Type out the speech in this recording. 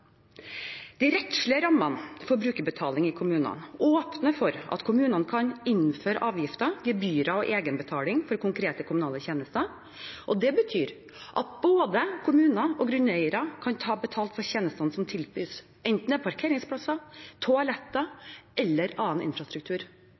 brukerbetaling i kommunene åpner for at kommunene kan innføre avgifter, gebyrer og egenbetaling for konkrete kommunale tjenester. Det betyr at både kommuner og grunneiere kan ta betalt for tjenestene som tilbys, enten det er parkeringsplasser, toaletter